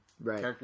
right